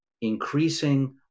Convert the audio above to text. increasing